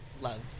love